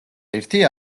ერთი